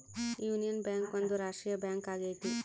union Bank ಒಂದು ರಾಷ್ಟ್ರೀಯ bank ಆಗೈತಿ